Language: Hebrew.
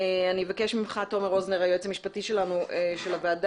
תומר רוזנר, היועץ המשפטי, בקשה.